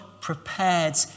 prepared